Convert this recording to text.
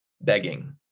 begging